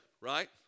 right